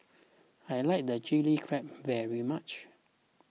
I like the Chilli Crab very much